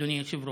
אדוני היושב-ראש.